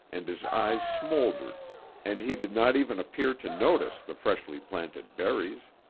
and his eyes smoldered and he did not even appear to notice the freshly planted berries.